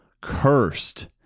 Cursed